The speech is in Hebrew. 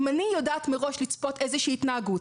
אם אני יודעת מראש לצפות איזושהי התנהגות,